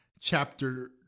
chapter